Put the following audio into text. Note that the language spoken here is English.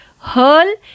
hurl